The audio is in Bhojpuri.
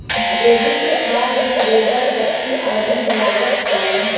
जैविक खाद में गोबर, पत्ती आदि मिलावल जाला